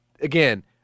again